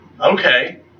okay